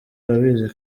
arabizi